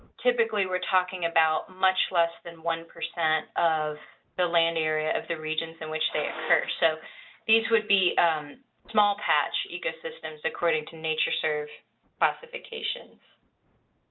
typically, we're talking about much less than one percent of the land area of the regions in which they occur. so these would be small patch ecosystems, according to natureserve classification.